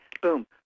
boom